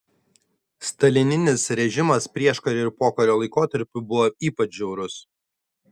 stalininis režimas prieškario ir pokario laikotarpiu buvo ypač žiaurus